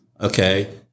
Okay